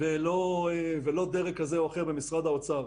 איזשהו מקובלת בין-לאומית שאנחנו יכולים לשים על השולחן,